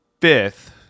fifth